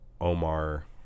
Omar